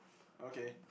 okay